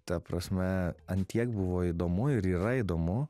ta prasme ant tiek buvo įdomu ir yra įdomu